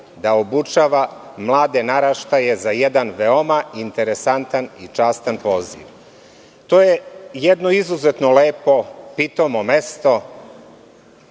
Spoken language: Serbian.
da obučava mlade naraštaje za jedan veoma interesantan i častan poziv? To je jedno izuzetno lepo, pitomo mesto,